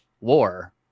war